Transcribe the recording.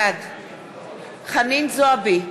בעד חנין זועבי,